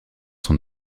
son